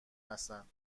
هستند